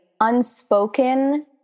unspoken